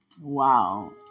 wow